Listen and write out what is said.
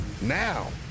now